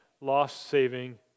lost-saving